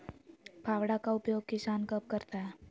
फावड़ा का उपयोग किसान कब करता है?